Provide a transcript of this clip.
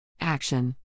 Action